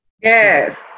Yes